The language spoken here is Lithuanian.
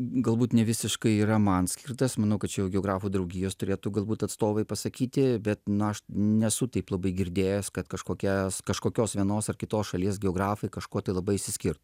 galbūt nevisiškai yra man skirtas manau kad čia geografų draugijos turėtų galbūt atstovai pasakyti bet na aš nesu taip labai girdėjęs kad kažkokias kažkokios vienos ar kitos šalies geografai kažkuo tai labai išsiskirtų